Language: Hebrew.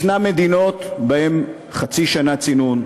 יש מדינות שיש בהן חצי שנה צינון,